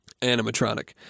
animatronic